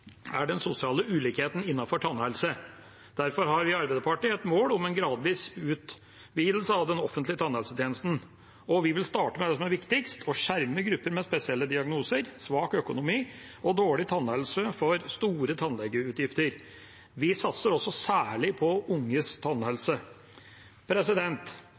er den sosiale ulikheten innen tannhelse. Derfor har vi i Arbeiderpartiet et mål om en gradvis utvidelse av den offentlige tannhelsetjenesten, og vi vil starte med det som er viktigst: skjerme grupper med spesielle diagnoser, svak økonomi og dårlig tannhelse for store tannlegeutgifter. Vi satser også særlig på unges